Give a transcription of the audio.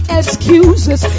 excuses